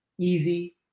easy